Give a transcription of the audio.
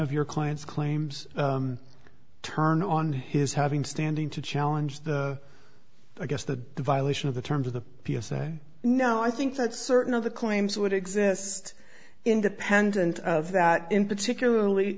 of your clients claims turn on his having standing to challenge the i guess the violation of the terms of the p s a no i think that certain of the claims would exist independent of that in particularly